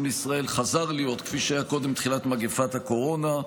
לישראל חזר להיות כפי שהיה קודם תחילת מגפת הקורונה.